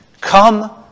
Come